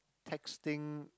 texting